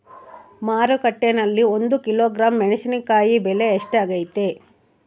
ಮಾರುಕಟ್ಟೆನಲ್ಲಿ ಒಂದು ಕಿಲೋಗ್ರಾಂ ಮೆಣಸಿನಕಾಯಿ ಬೆಲೆ ಎಷ್ಟಾಗೈತೆ?